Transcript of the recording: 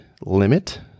limit